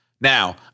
Now